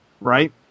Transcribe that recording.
right